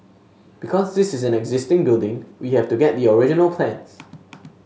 because this is an existing building we have to get the original plans